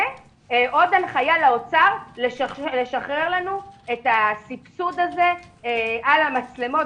ועוד הנחיה לאוצר לשחרר לנו את הסבסוד הזה על המצלמות,